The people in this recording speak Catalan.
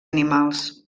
animals